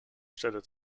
stelle